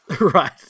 Right